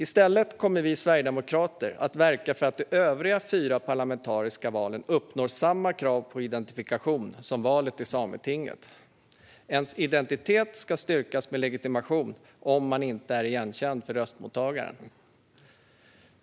I stället kommer vi sverigedemokrater att verka för att de övriga fyra parlamentariska valen uppnår samma krav på identifikation som valet till Sametinget. Ens identitet ska styrkas med legitimation om man inte är igenkänd av röstmottagaren.